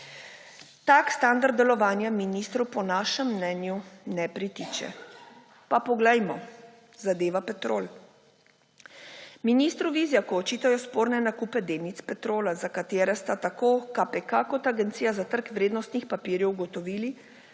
Tak standard delovanja ministru po našem mnenju ne pritiče. Pa poglejmo, zadeva Petrol. Ministru Vizjaku očitajo sporne nakupe delnic Petrola, za katere sta tako KPK kot Agencija za trg vrednostnih papirjev ugotovili,